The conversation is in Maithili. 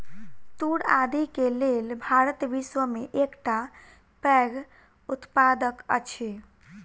तूर आदि के लेल भारत विश्व में एकटा पैघ उत्पादक अछि